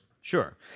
Sure